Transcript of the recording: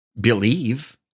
believe